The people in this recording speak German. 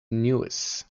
nevis